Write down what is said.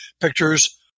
pictures